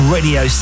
Radio